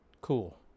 cool